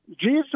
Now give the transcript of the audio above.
Jesus